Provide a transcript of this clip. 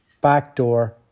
backdoor